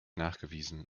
nachgewiesen